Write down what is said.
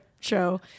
show